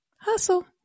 Hustle